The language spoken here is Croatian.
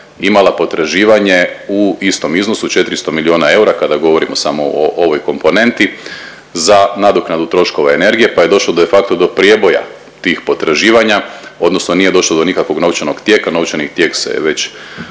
imala potraživanje u istom iznosu od 400 milijuna eura kada govorimo samo o ovoj komponenti za nadoknadu troškova energije, pa je došlo de facto do prijeboja tih potraživanja odnosno nije došlo do nikakvog novčanog tijeka, novčani tijek se je